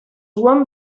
won